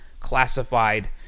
classified